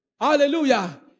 Hallelujah